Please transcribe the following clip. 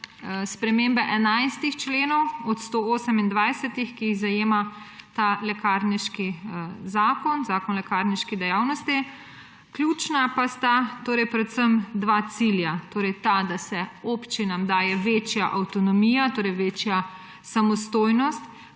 spremembe enajstih členov od 128, ki jih zajema ta lekarniški zakon, Zakon o lekarniški dejavnosti, ključna pa sta torej predvsem dva cilja. Torej ta, da se občinam daje večja avtonomija, torej večja samostojnost,